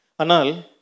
Anal